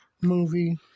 movie